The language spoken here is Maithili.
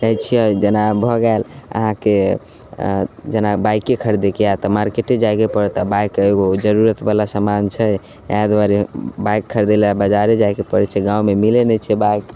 जाइ छिए जेना भऽ गेल अहाँके जेना बाइके खरिदैके हइ तऽ मार्केटे जाइके पड़त आ बाइकके एगो जरूरतवला सामान छै इएह दुआरे बाइक खरिदैले बाजारे जाइके पड़ै छै गाममे मिलै नहि छै बाइक